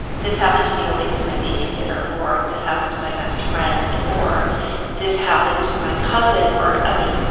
this happened to me, only it was my babysitter, or this happened to my best friend, or this happened to my cousin, or i mean,